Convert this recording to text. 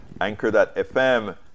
Anchor.fm